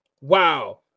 wow